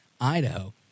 Idaho